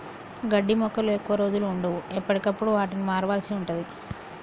గడ్డి మొక్కలు ఎక్కువ రోజులు వుండవు, ఎప్పటికప్పుడు వాటిని మార్వాల్సి ఉంటది